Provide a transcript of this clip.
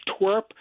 twerp